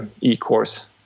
e-course